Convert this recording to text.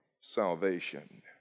salvation